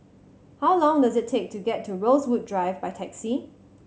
how long does it take to get to Rosewood Drive by taxi